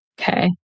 Okay